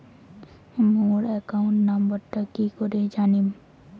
মোর account নাম্বারটা কি করি জানিম?